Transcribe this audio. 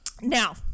Now